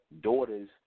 daughters